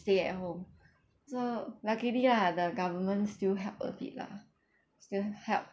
stay at home so luckily ah the government still help a bit lah still help